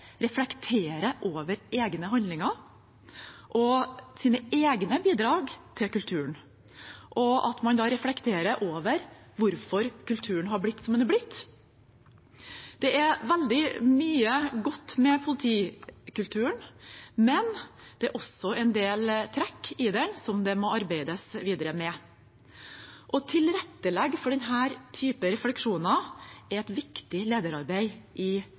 over egne handlinger og sine egne bidrag til kulturen, og reflekterer over hvorfor kulturen har blitt som den har blitt. Det er veldig mye godt med politikulturen, men det er også en del trekk i den som det må arbeides videre med. Å tilrettelegge for denne typen refleksjoner er et viktig lederarbeid i